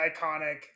iconic